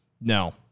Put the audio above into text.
No